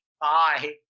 Bye